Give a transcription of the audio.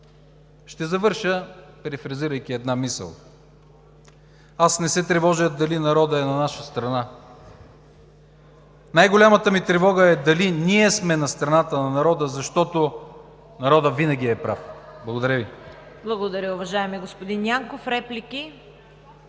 Ще завърша, перефразирайки една мисъл – аз не се тревожа дали народът е на наша страна, най-голямата ми тревога е дали ние сме на страната на народа, защото народът винаги е прав. Благодаря Ви. ПРЕДСЕДАТЕЛ ЦВЕТА КАРАЯНЧЕВА: Благодаря Ви, уважаеми господин Янков. Реплики?